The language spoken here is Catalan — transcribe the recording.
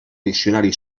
diccionari